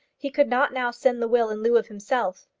he could not now send the will in lieu of himself.